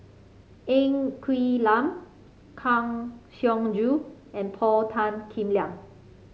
Ng Quee Lam Kang Siong Joo and Paul Tan Kim Liang